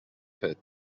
fet